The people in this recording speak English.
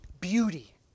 beauty